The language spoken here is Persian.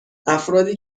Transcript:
افرادی